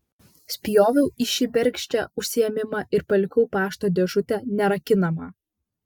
spjoviau į šį bergždžią užsiėmimą ir palikau pašto dėžutę nerakinamą